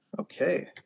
Okay